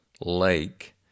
lake